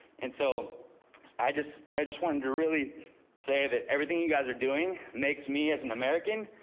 and so i just i just wanted to really say that everything you guys are doing makes me as an american,